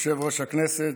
יושב-ראש הכנסת,